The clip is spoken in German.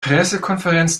pressekonferenz